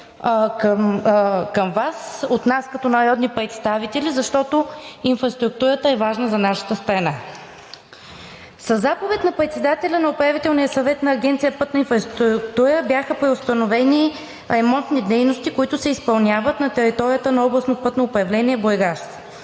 към Вас от нас като народни представители, защото инфраструктурата е важна за нашата страна. Със заповед на председателя на Управителния съвет на Агенция „Пътна инфраструктура“ бяха преустановени ремонтни дейности, които се изпълняват на територията на Областно пътно управление Бургас.